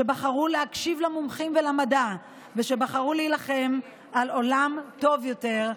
שבחרו להקשיב למומחים ולמדע ושבחרו להילחם על עולם טוב יותר,